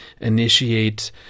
initiate